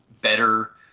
better